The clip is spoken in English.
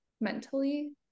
mentally